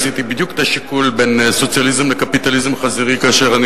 עשיתי בדיוק את השיקול בין סוציאליזם לקפיטליזם חזירי כאשר אני